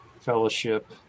Fellowship